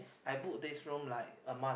I book this room like a month